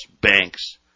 banks